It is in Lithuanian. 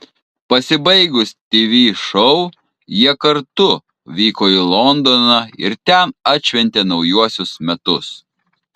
pasibaigus tv šou jie kartu vyko į londoną ir ten atšventė naujuosius metus